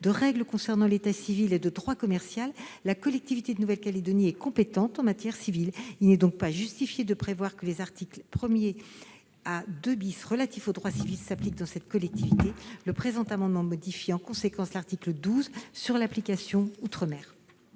de règles concernant l'état civil et de droit commercial, la collectivité de Nouvelle-Calédonie est compétente en matière civile. Il n'est donc pas justifié de prévoir que les articles 1 à 2 , relatifs au droit civil, s'appliquent dans cette collectivité. Le présent amendement vise donc à modifier en conséquence l'article 12. Quel est l'avis du